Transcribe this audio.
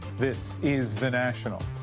this is the national.